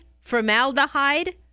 formaldehyde